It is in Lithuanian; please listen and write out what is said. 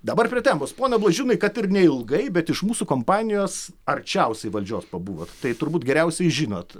dabar pritempus pone blažiūnai kad ir neilgai bet iš mūsų kompanijos arčiausiai valdžios pabuvot tai turbūt geriausiai žinot